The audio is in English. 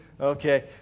Okay